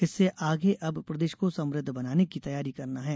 इससे आगे अब प्रदेश को समृद्ध बनाने की तैयारी करना है